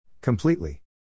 Completely